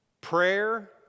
Prayer